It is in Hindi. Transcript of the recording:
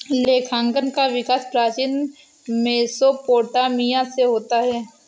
लेखांकन का विकास प्राचीन मेसोपोटामिया से होता है